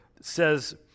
says